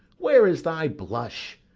where is thy blush?